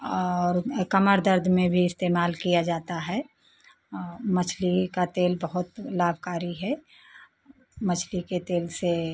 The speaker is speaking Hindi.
और ये कमर दर्द में भी इस्तेमाल किया जाता है मछली का तेल बहुत लाभकारी है मछली के तेल से